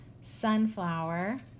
sunflower